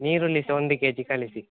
ನೀರುಳ್ಳಿ ಸಹ ಒಂದು ಕೆಜಿ ಕಳಿಸಿ